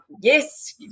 yes